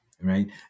right